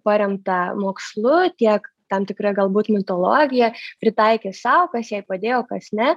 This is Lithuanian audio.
paremtą mokslu tiek tam tikra galbūt mitologija pritaikė sau kas jai padėjo kas ne